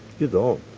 you don't.